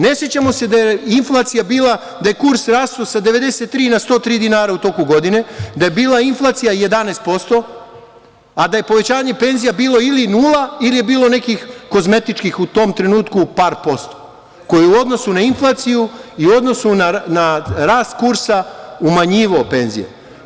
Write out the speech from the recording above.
Ne sećamo se da je kurs rastao sa 93 na 103 dinara u toku godine, da je bila inflacija 11%, a da je povećanje penzija bilo ili nula ili je bilo nekih kozmetičkih, u tom trenutku, par posto koji je u odnosu na inflaciju i u odnosu na rast kursa umanjivao penzije.